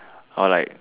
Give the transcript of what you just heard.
I will like